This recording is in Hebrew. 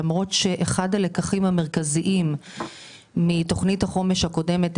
למרות שאחד הלקחים המרכזיים מתוכנית החומש הקודמת,